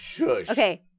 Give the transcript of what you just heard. okay